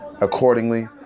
accordingly